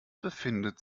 befindet